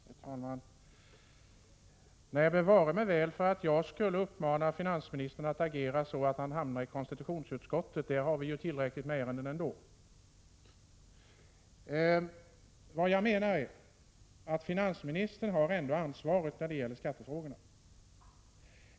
Herr talman! Nej, bevare mig väl för att uppmana finansministern att agera så att han hamnar i konstitutionsutskottet! Där finns det tillräckligt med ärenden ändå. Finansministern har ansvaret för skattefrågorna.